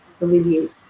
alleviate